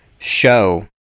Show